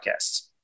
Podcasts